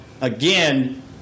again